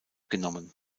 genommen